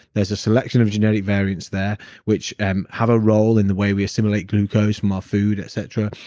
there's a selection of genetic variance there which and have a role in the way we assimilate glucose, more food, etc.